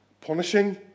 punishing